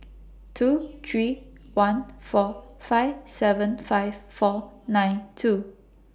two three one four five seven five four nine two